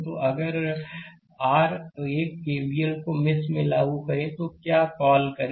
तो अगर R 1 KVL को मेष 1 में लागू करें तो क्या कॉल करें